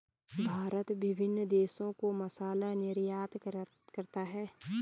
भारत विभिन्न देशों को मसाला निर्यात करता है